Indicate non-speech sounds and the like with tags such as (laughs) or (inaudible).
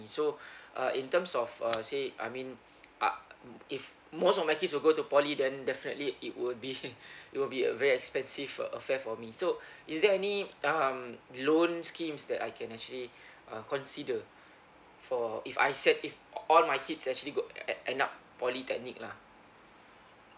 in so uh in terms of uh say I mean ah mm if most of my kids will go to poly then definitely it would be (laughs) it will be a very expensive uh affair for me so is there any um loan schemes that I can actually uh consider for if I said if all my kids actually got e~ end up polytechnic lah